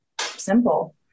simple